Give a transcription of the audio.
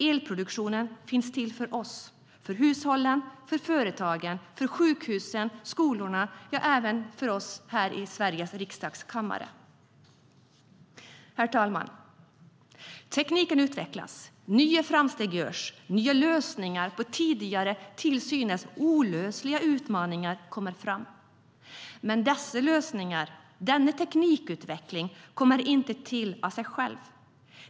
Elproduktionen finns till för hushållen, för företagen, för sjukhusen, för skolorna, ja, även för oss i Sveriges riksdags kammare. Herr talman! Tekniken utvecklas, nya framsteg görs och nya lösningar på tidigare till synes olösliga utmaningar kommer fram. Men dessa lösningar och denna teknikutveckling kommer inte till av sig själv.